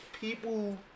people